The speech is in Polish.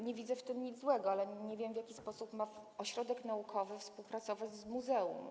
Nie widzę w tym nic złego, tylko nie wiem, w jaki sposób ośrodek naukowy ma współpracować z muzeum.